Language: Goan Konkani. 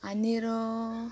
आनीक